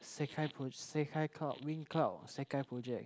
Sekai pro~ Sekai cloud wind cloud Sekai project